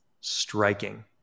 Striking